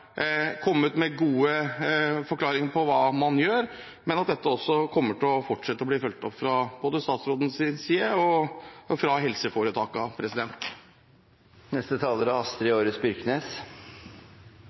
kommet med gode forklaringer på hva man gjør, og jeg håper at dette fortsatt kommer til å bli fulgt opp, både fra statsrådens side og fra